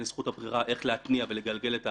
זכות הבחירה איך להתניע ולגלגל את ההליך.